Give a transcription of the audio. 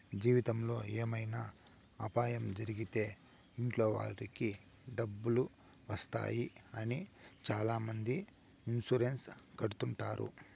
జీవితంలో ఏమైనా అపాయం జరిగితే ఇంట్లో వాళ్ళకి డబ్బులు వస్తాయి అని చాలామంది ఇన్సూరెన్స్ కడుతుంటారు